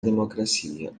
democracia